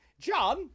John